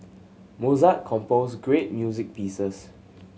Mozart composed great music pieces